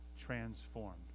transformed